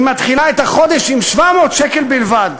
היא מתחילה את החודש עם 700 שקל בלבד,